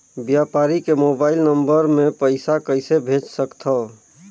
व्यापारी के mobile number मे पईसा कइसे भेज सकथव?